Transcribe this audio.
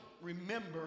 remember